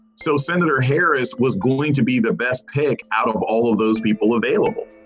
so senator harris was going to be the best pick out of all of those people available